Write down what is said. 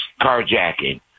carjacking